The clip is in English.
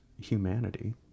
humanity